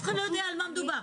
אף לא יודע על מה מדובר.